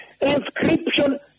inscription